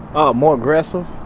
um more aggressive.